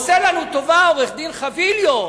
עושה לנו טובה, עורך-דין חביליו,